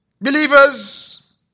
believers